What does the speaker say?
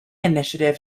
initiative